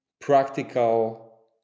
practical